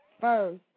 first